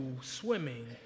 swimming